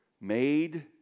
made